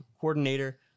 coordinator